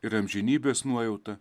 ir amžinybės nuojauta